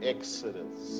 Exodus